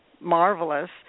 marvelous